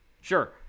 Sure